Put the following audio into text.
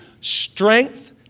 Strength